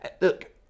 Look